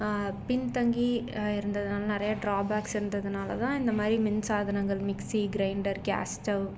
பின்தங்கி இருந்ததினால நிறையா ட்ராபேக்ஸ் இருந்ததினால தான் இந்தமாதிரி மின்சாதனங்கள் மிக்சி கிரைண்டர் கேஸ்டவ்